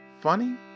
funny